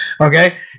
Okay